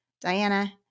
Diana